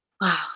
Wow